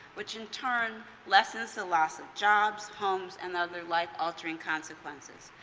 which in turn lessens the loss of jobs, homes, and other life altering consequences.